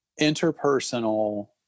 interpersonal